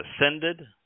ascended